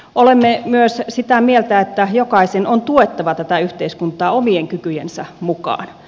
olemme myös sitä mieltä että jokaisen on tuettava tätä yhteiskuntaa omien kykyjensä mukaan